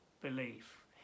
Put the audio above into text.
belief